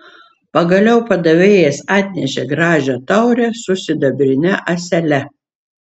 pagaliau padavėjas atnešė gražią taurę su sidabrine ąsele